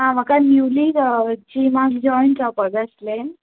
आं म्हाका न्युली जिमाक जॉइन जावपाक जाय आशिल्लें